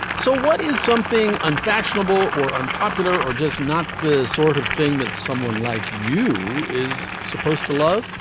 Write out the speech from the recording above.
so what is something unfashionable or unpopular or just not the sort of thing that someone like you is supposed to love?